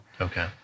Okay